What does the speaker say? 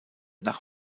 nach